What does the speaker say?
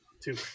two